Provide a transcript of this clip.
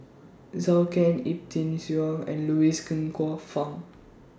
Zhou Can Ip Tung Yiu and Louis Ng Kok Fun